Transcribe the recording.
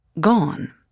Gone